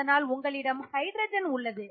அதனால் உங்களிடம் ஹைட்ரஜன் உள்ளது